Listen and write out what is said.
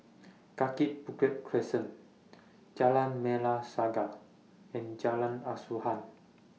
Kaki Bukit Crescent Jalan Merah Saga and Jalan Asuhan